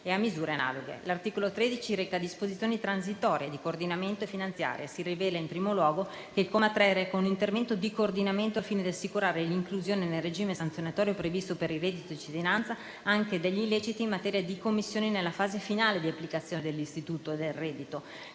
o a misure analoghe. L'articolo 13 reca disposizioni transitorie, di coordinamento e finanziarie. Si rileva, in primo luogo, che il comma 3 reca un intervento di coordinamento al fine di assicurare l'inclusione nel regime sanzionatorio previsto per il Reddito di cittadinanza anche degli illeciti in materia commessi nella fase finale di applicazione dell'istituto.